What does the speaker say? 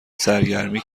سرگرمی